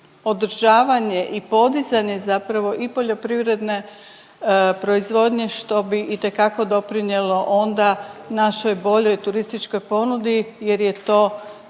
održavanje i podizanje zapravo i poljoprivredne proizvodnje, što bi itekako doprinjelo onda našoj boljoj turističkoj ponudi jer je to